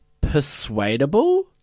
persuadable